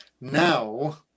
Now